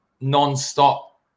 non-stop